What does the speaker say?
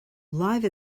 live